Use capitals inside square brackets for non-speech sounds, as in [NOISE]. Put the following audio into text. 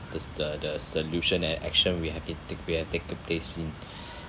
this the the solution and action we have been tak~ we have taken place in [BREATH]